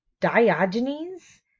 Diogenes